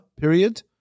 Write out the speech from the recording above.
period